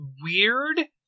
weird